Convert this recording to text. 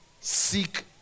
Seek